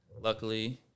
luckily